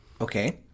Okay